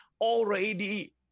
already